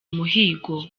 umuhigo